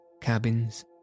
cabins